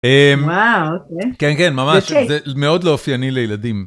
כן כן ממש מאוד לא אופייני לילדים.